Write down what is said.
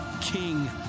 King